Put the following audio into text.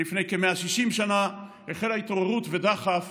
ולפני כ-160 שנה החלו התעוררות ודחף